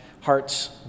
hearts